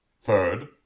Third